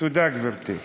תודה, גברתי.